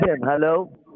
Hello